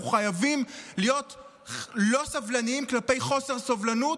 אנחנו חייבים להיות לא סובלניים כלפי חוסר סובלנות,